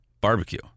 barbecue